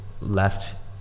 left